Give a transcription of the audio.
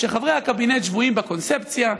שחברי הקבינט שבויים בקונספציה,